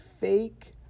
fake